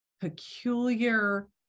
peculiar